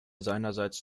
seinerseits